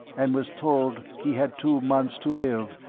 and was told he had two months to live,